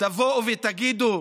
תבואו ותגידו: